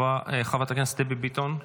חברת הכנסת דבי ביטון,